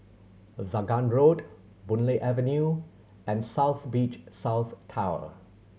Vaughan Road Boon Lay Avenue and South Beach South Tower